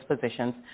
positions